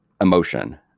emotion